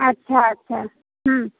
अच्छा अच्छा हूँ